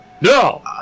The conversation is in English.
No